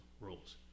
rules